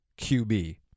QB